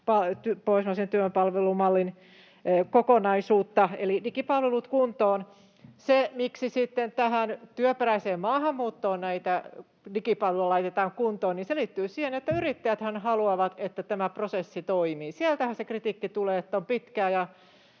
pohjoismaisen työvoimapalvelumallin kokonaisuutta, eli digipalvelut kuntoon. Se, miksi sitten tähän työperäiseen maahanmuuttoon näitä digipalveluita laitetaan kuntoon, liittyy siihen, että yrittäjäthän haluavat, että tämä prosessi toimii. Sieltähän se kritiikki tulee, että on pitkät